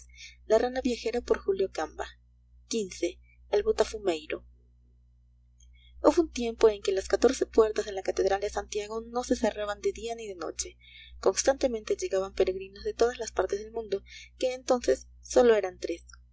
semana xv el botafumeiro hubo un tiempo en que las catorce puertas de la catedral de santiago no se cerraban de día ni de noche constantemente llegaban peregrinos de todas las partes del mundo que entonces sólo eran tres